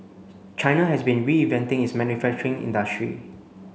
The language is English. China has been reinventing its manufacturing industry